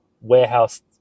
warehouse